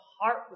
heart